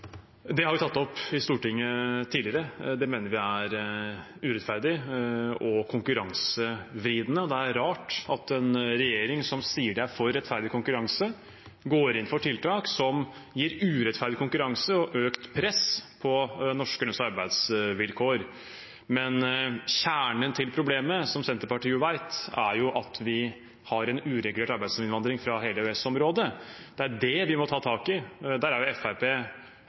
Det har vi tatt opp i Stortinget tidligere. Det mener vi er urettferdig og konkurransevridende. Det er rart at en regjering som sier de er for rettferdig konkurranse, går inn for tiltak som gir urettferdig konkurranse og økt press på norske lønns- og arbeidsvilkår. Men kjernen i problemet, som Senterpartiet jo vet, er at vi har en uregulert arbeidsinnvandring fra hele EØS-området. Det er det vi må ta tak i. Der er